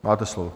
Máte slovo.